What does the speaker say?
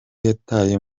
yataye